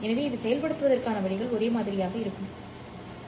எனவே இதை செயல்படுத்துவதற்கான வழிகள் ஒரே மாதிரியாக இருக்கும் நாங்கள் விவாதித்தோம்